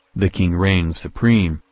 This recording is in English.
the king reigns supreme,